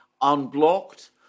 unblocked